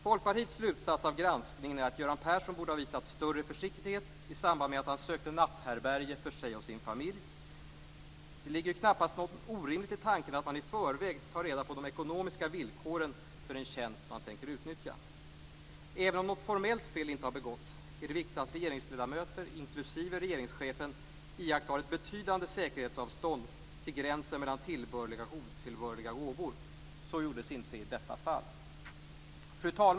Folkpartiets slutsats av granskningen är att Göran Persson borde ha visat större försiktighet i samband med att han sökte natthärbärge för sig och sin familj. Det ligger ju knappast något orimligt i tanken att man i förväg tar reda på de ekonomiska villkoren för en tjänst som man tänker utnyttja. Även om något formellt fel inte har begåtts, är det viktigt att regeringsledamöter - inklusive regeringschefen - iakttar ett betydande säkerhetsavstånd till gränsen mellan tillbörliga och otillbörliga gåvor. Så gjordes inte i detta fall.